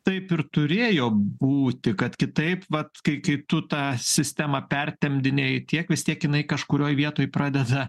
taip ir turėjo būti kad kitaip vat kai kai tu tą sistemą pertempdinėji tiek vis tiek jinai kažkurioj vietoj pradeda